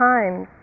Times